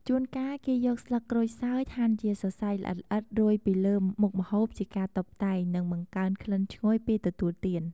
ជួនកាលគេយកស្លឹកក្រូចសើចហាន់ជាសរសៃល្អិតៗ រោយពីលើមុខម្ហូបជាការតុបតែង និងបង្កើនក្លិនឈ្ងុយពេលទទួលទាន។